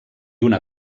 una